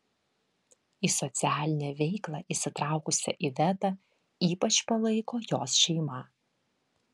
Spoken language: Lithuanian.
į socialinę veiklą įsitraukusią ivetą ypač palaiko jos šeima